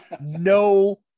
no